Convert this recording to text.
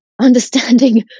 understanding